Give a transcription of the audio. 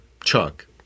Chuck